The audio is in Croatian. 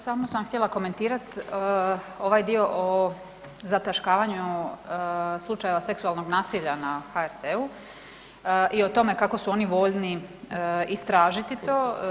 Samo sam htjela komentirat ovaj dio o zataškavanju slučajeva seksualnog nasilja na HRT-u i o tome kako su oni voljni istražiti to.